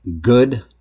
good